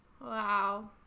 Wow